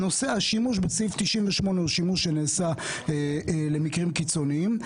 השימוש בסעיף 98 הוא שימוש שנעשה במקרים קיצוניים.